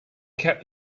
cat